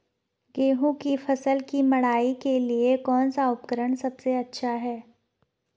गेहूँ की फसल की मड़ाई के लिए कौन सा उपकरण सबसे अच्छा है?